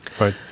right